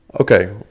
Okay